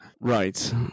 Right